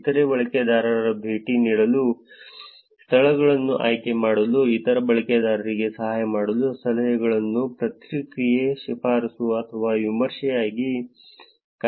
ಇತರ ಬಳಕೆದಾರರಿಗೆ ಭೇಟಿ ನೀಡಲು ಸ್ಥಳಗಳನ್ನು ಆಯ್ಕೆ ಮಾಡಲು ಇತರ ಬಳಕೆದಾರರಿಗೆ ಸಹಾಯ ಮಾಡಲು ಸಲಹೆಗಳು ಪ್ರತಿಕ್ರಿಯೆ ಶಿಫಾರಸು ಅಥವಾ ವಿಮರ್ಶೆಯಾಗಿ ಕಾರ್ಯನಿರ್ವಹಿಸುತ್ತವೆ